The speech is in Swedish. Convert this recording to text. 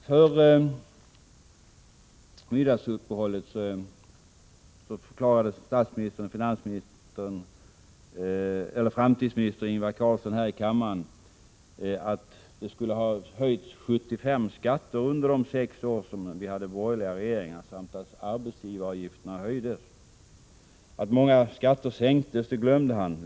Före middagsuppehållet förklarade statsministern och framtidsminister Ingvar Carlsson här i kammaren att 75 skatter skulle ha höjts under de år då vi hade borgerliga regeringar samt att arbetsgivaravgifterna höjdes. Att många skatter sänktes glömde han.